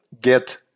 get